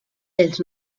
els